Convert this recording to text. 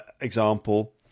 example